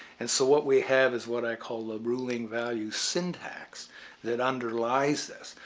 and so what we have is what i call the ruling value syntax that underlies this.